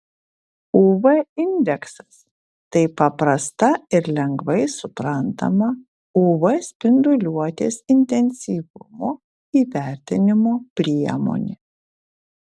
uv indeksas tai paprasta ir lengvai suprantama uv spinduliuotės intensyvumo įvertinimo priemonė